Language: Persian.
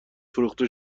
فروخته